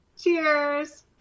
Cheers